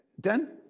Den